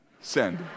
send